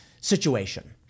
situation